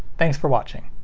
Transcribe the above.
thanks for watching!